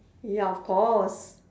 ya of course